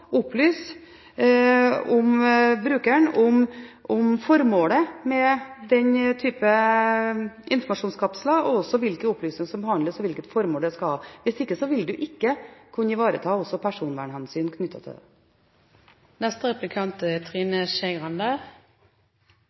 brukeren om formålet med denne type informasjonskapsler, hvilke opplysninger som behandles, og hvilket formål det skal ha. Hvis ikke vil en heller ikke kunne ivareta personvernhensyn knyttet til dette. Jeg prøver meg på det jeg prøvde meg på i innlegget – det er